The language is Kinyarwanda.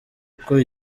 uko